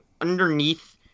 underneath